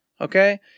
Okay